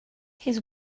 his